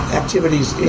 activities